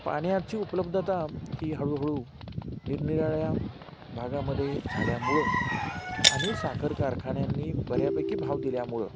पाण्याची उपलब्धता ही हळूहळू निरनिराळ्या भागामध्ये झाल्यामुळे आणि साखर कारखान्यांनी बऱ्यापैकी भाव दिल्यामुळे